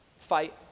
fight